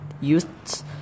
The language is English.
youths